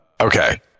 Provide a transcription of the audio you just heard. Okay